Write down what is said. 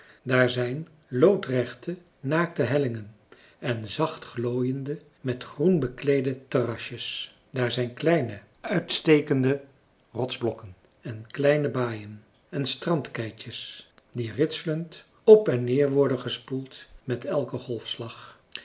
daar zijn loodrechte naakte hellingen en zachtglooiende met groen bekleede terrasjes daar zijn kleine uitstekende rotsblokken en kleine baaien en strandkeitjes die ritselend op en neer worden gespoeld met elken golfslag